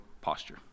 posture